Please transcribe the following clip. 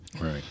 right